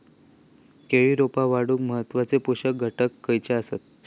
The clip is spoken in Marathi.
केळी रोपा वाढूक महत्वाचे पोषक घटक खयचे आसत?